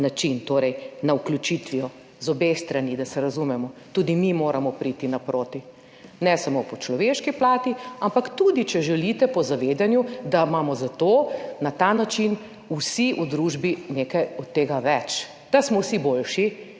način, torej z vključitvijo z obeh strani, da se razumemo, tudi mi moramo priti naproti, ne samo po človeški plati, ampak tudi, če želite, po zavedanju, da imamo zato na ta način vsi v družbi nekaj od tega več, da smo vsi boljši